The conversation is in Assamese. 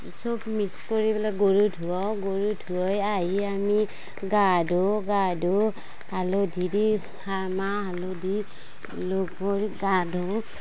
চব মিক্স কৰি পেলাই গৰু ধুৱাওঁ গৰু ধুৱাই আহি আমি গা ধোওঁ গা ধোওঁ হালধি দি মাহ হালধি লগ কৰি গা ধোওঁ